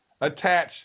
attach